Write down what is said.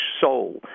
soul